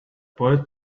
boy